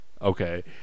Okay